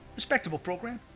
respectable program,